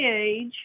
age